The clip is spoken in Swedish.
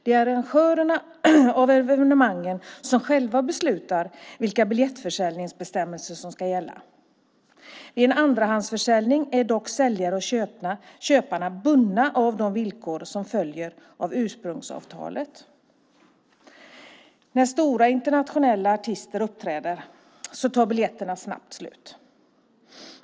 Det är arrangörerna av evenemangen som själva beslutar om vilka biljettförsäljningsbestämmelser som ska gälla. Vid en andrahandsförsäljning är dock säljare och köpare bundna av de villkor som följer av ursprungsavtalet. När stora internationella artister uppträder tar biljetterna snabbt slut.